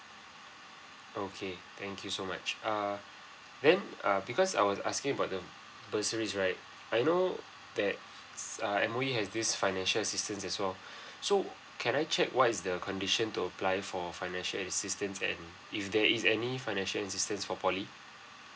okay thank you so much uh then uh because I was asking about the bursaries right I know that uh M_O_E has this financial assistance as well so can I check what is the condition to apply for financial assistance and if there is any financial assistance for poly